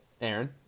Aaron